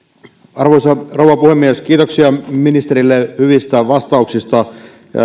arvoisa rouva puhemies kiitoksia ministerille hyvistä vastauksista